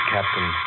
Captain